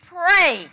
pray